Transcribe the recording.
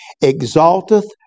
exalteth